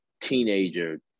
teenager